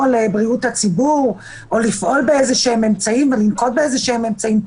על בריאות הציבור או לפעול באמצעים של שמירה על בריאות הציבור.